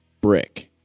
brick